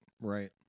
Right